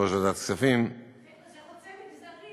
יושב-ראש ועדת הכספים -- זה חוצה מגזרים,